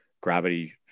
Gravity